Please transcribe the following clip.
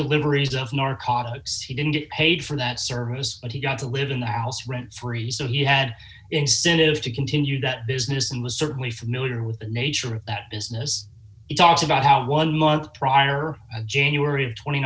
deliveries of narcotics he didn't get paid for that service but he got to live in the house rent free so he had incentive to continue that business and was certainly familiar with the nature of that business he talks about how one month prior to january of twenty